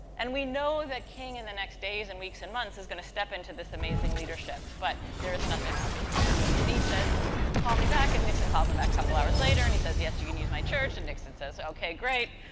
and, we know that king, in the next days and weeks and months, is going to step into this amazing leadership. but, there is nothing obvious about it. and, he says call me back. and, nixon calls him back a couple of hours later and he says yes you can use my church and nixon says okay great.